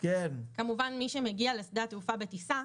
כמובן מי שמגיע לשדה התעופה בטיסה,